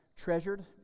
treasured